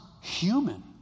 human